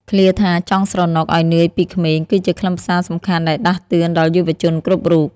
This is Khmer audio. ឃ្លាថា «ចង់ស្រណុកឱ្យនឿយពីក្មេង» គឺជាខ្លឹមសារសំខាន់ដែលដាស់តឿនដល់យុវជនគ្រប់រូប។